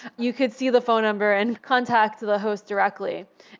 you could see the phone number and contact the host directly.